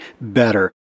better